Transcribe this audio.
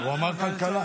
הוא אמר כלכלה.